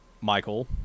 michael